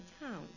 town